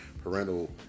parental